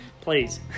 Please